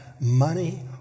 money